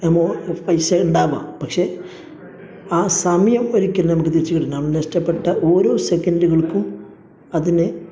എമോ പൈസ ഉണ്ടാവാം പക്ഷേ ആ സമയം ഒരിക്കലും നമുക്ക് തിരിച്ച് കിട്ടണം നമ്മൾ നഷ്ടപ്പെട്ട ഓരോ സെക്കൻറ്റുകൾക്കും അതിനെ